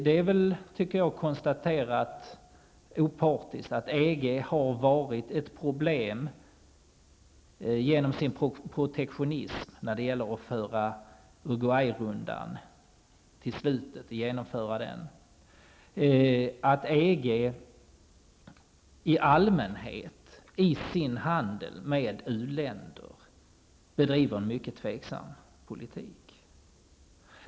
Det är väl ett opartiskt konstaterande, tycker jag, att EG genom sin protektionism har varit ett problem vid genomförandet av Uruguayrundan. EG bedriver i allmänhet, i sin handel med u-länder, en mycket tveksam politik.